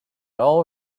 all